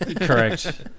Correct